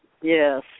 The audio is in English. Yes